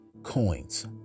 Coins